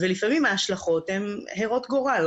ולפעמים ההשלכות הן הרות גורל.